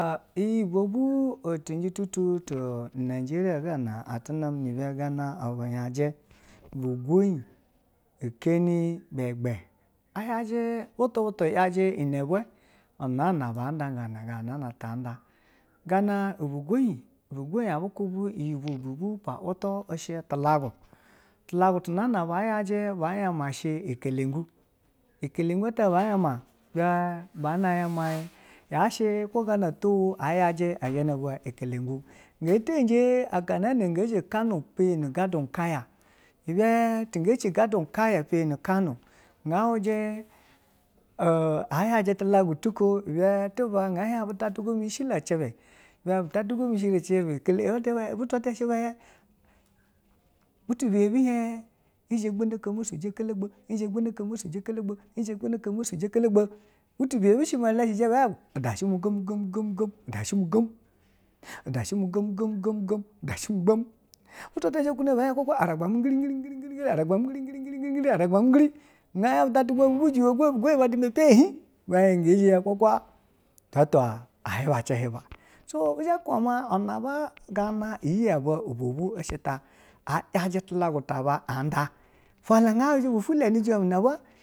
bobu o totu toh negeria ga na ati name nu ibe ga na bu yaji, bigoyi keni bigba iyoji butu butu yaji nu be vwa ɛnana andangan gana anada gana bigoyi, bogoyi iyi ibe ovwo iyi ibe paltu, ishi tilagu, tilagu ti nana ba ji bama sh ukelana ukelegu ata ba ya ma un yashi gana to, wo bi zhe yama un, geteje kan ge zhi kano peye gado kaya ibe ge ce gado kaya peye godo kya gen huji un yaji tulagu tu iko ibe tuba gen hien butwatuga shi lo ucebe butwatuga mishi ucebe ɛzhe gbonokwo masuje ngkologbo, ɛzhɛ gbonokwo ma sujɛ nkologbo, butu biyɛbi jishi ja bu, ɛda shie migogi gom gom she mi gom ɛda shimigom ɛda shemi gom, butu bu tatu aragbame, ngiringiri ngiri aragbami ngiri ngiri, bgiri aragbami ngiri, gen butwatuga mi bu huji iwe go bugwoyi ba uduma epe ngen zha taba a hiba ce hiba. So bu zha ba ku ma ina ba ga iyi aba ovwobwu shita yaji tilagu taba andata.